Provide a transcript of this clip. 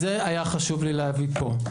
אז זה היה חשוב לי להגיד פה.